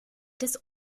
des